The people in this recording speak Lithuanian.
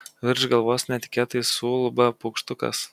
virš galvos netikėtai suulba paukštukas